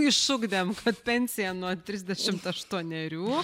išugdėm kad pensija nuo trisdešimt aštuonerių